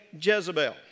Jezebel